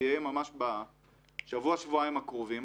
זה יהיה ממש בשבוע-שבועיים הקרובים,